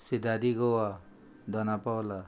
सिदादी गोवा दोना पावला